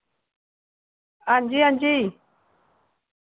हां जी हां जी